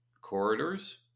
corridors